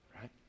right